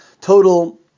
total